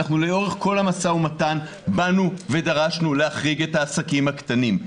אנחנו לאורך כל המשא ומתן דרשנו להחריג את העסקים הקטנים.